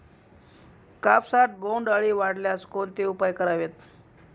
कापसात बोंडअळी आढळल्यास कोणते उपाय करावेत?